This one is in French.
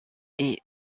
est